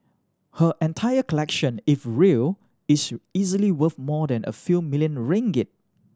her entire collection if real is easily worth more than a few million ringgit